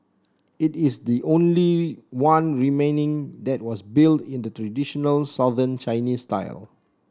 it is the only one remaining that was built in the traditional Southern Chinese style